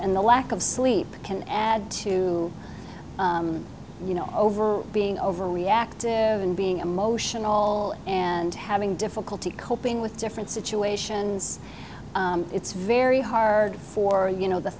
and the lack of sleep can add to you know over being over reactive and being emotion all and having difficulty coping with different situations it's very hard for you know the